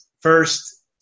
first